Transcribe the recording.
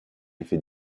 effet